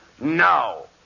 No